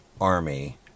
army